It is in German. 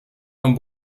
von